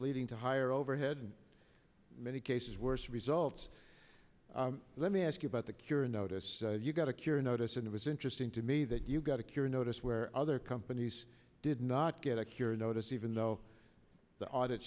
leading to higher overhead many cases worse results let me ask you about the cure and notice you've got a cure notice and it was interesting to me that you got a cure notice where other companies did not get a cure notice even though the audit